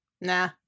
Nah